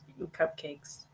Cupcakes